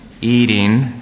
eating